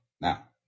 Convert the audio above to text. Now